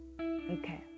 okay